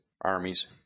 armies